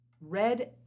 red